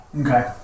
Okay